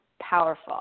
powerful